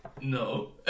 No